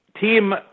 team